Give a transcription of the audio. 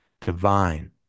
Divine